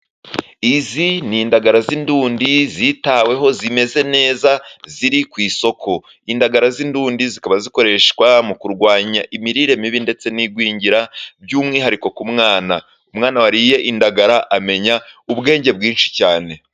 Izi ni indagara z'indundi zitaweho zimeze neza ziri ku isoko. Indagara z'indundi zikaba zikoreshwa mu kurwanya imirire mibi ndetse n'igwingira by'umwihariko ku mwana. Umwana wariye indagara amenya ubwenge bwinshi cyane.